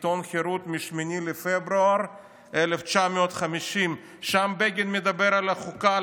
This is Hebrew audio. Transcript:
לראות את עיתון "חרות" מ-8 בפברואר 1950. שם בגין מדבר על החוקה,